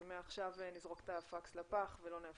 אז מעכשיו נזרוק את הפקס לפח ולא נאפשר.